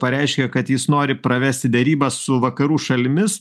pareiškė kad jis nori pravesti derybas su vakarų šalimis